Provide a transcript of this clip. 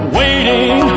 waiting